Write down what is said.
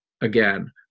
again